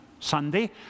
Sunday